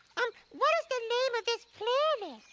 um what is the name of this planet?